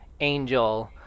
Angel